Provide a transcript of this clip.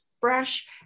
fresh